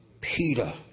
Peter